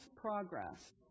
progress